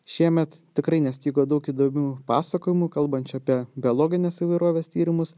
šiemet tikrai nestigo daug įdomių pasakojimų kalbančių apie biologinės įvairovės tyrimus